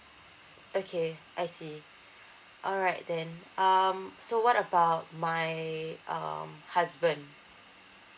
okay I see alright then um so what about my um husband